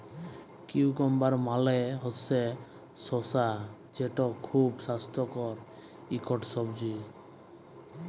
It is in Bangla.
কিউকাম্বার মালে হছে শসা যেট খুব স্বাস্থ্যকর ইকট সবজি